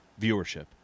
Viewership